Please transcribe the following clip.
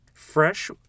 Fresh